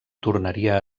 tornaria